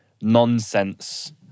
nonsense